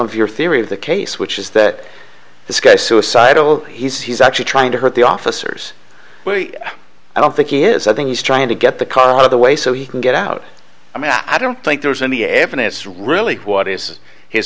of your theory of the case which is that this guy is suicidal he's he's actually trying to hurt the officers but i don't think he is i think he's trying to get the car out of the way so he can get out i mean i don't think there's any evidence really what is his